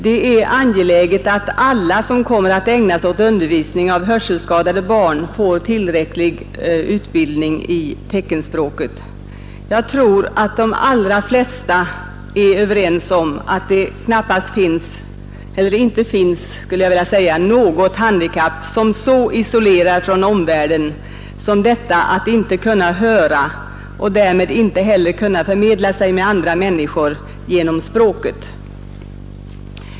Det är angeläget att alla som kommer att ägna sig åt undervisning av hörselskadade barn får tillräcklig utbildning i teckenspråket. Jag tror att de allra flesta är ense om att det inte är något handikapp som så isolerar från omvärlden som detta att inte kunna höra och därmed inte heller kunna meddela sig med andra människor genom språket.